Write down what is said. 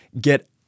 get